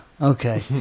okay